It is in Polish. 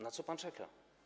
Na co pan czeka?